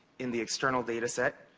in the external data set.